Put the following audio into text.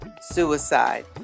suicide